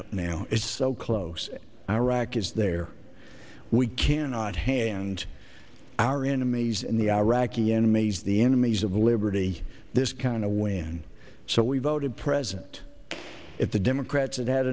up now it's so close iraq is there we cannot hand our enemies in the iraqi the enemies the enemies of liberty this kind of win so we voted present if the democrats a